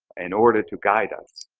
in order to guide us,